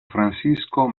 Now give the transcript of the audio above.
francisco